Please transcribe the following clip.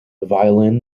violin